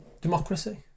democracy